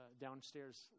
downstairs